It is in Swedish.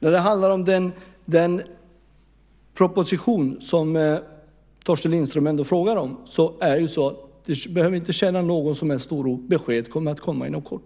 När det handlar om den proposition som Torsten Lindström ändå frågar om behöver han inte känna någon som helst oro. Besked kommer att komma inom kort.